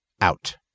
Out